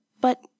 But